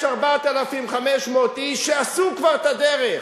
יש 4,500 איש שעשו כבר את הדרך,